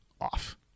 off